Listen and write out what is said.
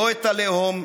לא את הלאום,